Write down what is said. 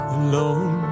alone